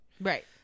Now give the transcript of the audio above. Right